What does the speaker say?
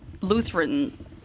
Lutheran